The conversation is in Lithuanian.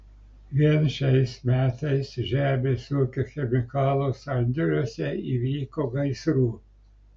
vien šiais metais žemės ūkio chemikalų sandėliuose įvyko gaisrų